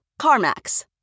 CarMax